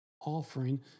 offering